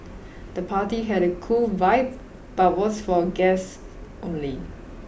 the party had a cool vibe but was for guests only